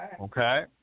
Okay